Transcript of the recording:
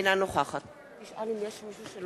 אינה נוכחת רבותי,